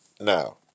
Now